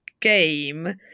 Game